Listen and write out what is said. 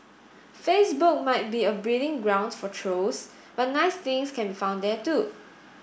Facebook might be a breeding ground for trolls but nice things can be found there too